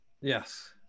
Yes